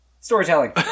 Storytelling